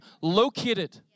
located